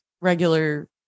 regular